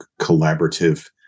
collaborative